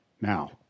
Now